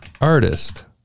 artist